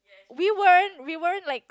we weren't we weren't like